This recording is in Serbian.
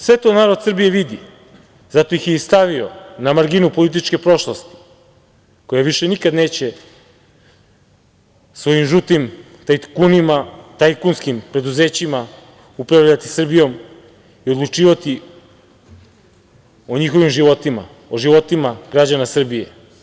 Sve to narod Srbije vidi zato ih je i stavio na marginu političke prošlosti koja više nikada neće svojim žutim tajkunima, tajkunskim preduzećima upravljati Srbijom i odlučivati o njihovim životima, o životima građana Srbije.